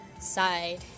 side